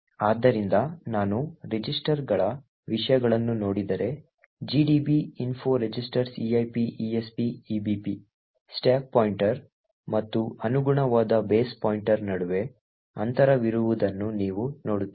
ಆದ್ದರಿಂದ ನಾನು ರಿಜಿಸ್ಟರ್ಗಳ ವಿಷಯಗಳನ್ನು ನೋಡಿದರೆ gdb info registers eip esp ebp stack pointer ಮತ್ತು ಅನುಗುಣವಾದ ಬೇಸ್ ಪಾಯಿಂಟರ್ ನಡುವೆ ಅಂತರವಿರುವುದನ್ನು ನೀವು ನೋಡುತ್ತೀರಿ